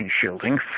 shielding